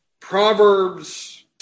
Proverbs